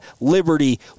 Liberty